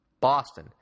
BOSTON